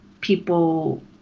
people